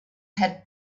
had